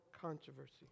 controversy